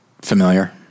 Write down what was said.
familiar